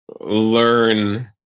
learn